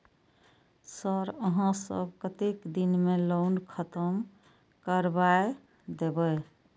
Sir यहाँ सब कतेक दिन में लोन खत्म करबाए देबे?